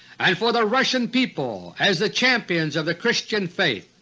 and for the russian people as the champions of the christian faith.